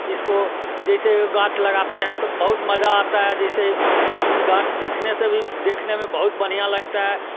इसको जैसे गाछ लगाते हैं तो बहुत मजा आता है जैसे इसमें गाछ देखने से भी देखने में बहुत बढ़िया लगता है